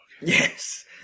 Yes